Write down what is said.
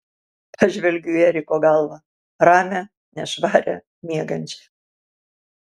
pažvelgiu į eriko galvą ramią nešvarią miegančią